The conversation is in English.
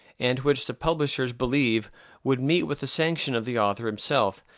and which the publishers believe would meet with the sanction of the author himself,